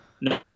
no